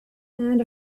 and